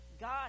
God